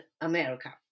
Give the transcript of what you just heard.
America